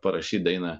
parašyt dainą